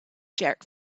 jerk